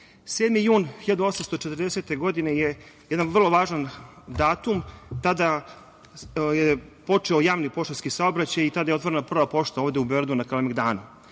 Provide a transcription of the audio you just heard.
juna 1840. godine je jedan vrlo važan datum. Tada je počeo javni poštanski saobraćaj i tada je otvorena prva pošta u Beogradu na Kalemegdanu. Godine